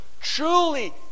truly